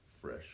fresh